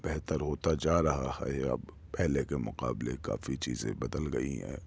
بہتر ہوتا جا رہا ہے اب پہلے کے مقابلے کافی چیزیں بدل گئی ہیں